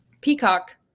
peacock